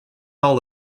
all